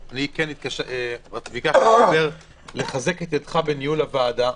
פה, לחזק את ידך בניהול הוועדה.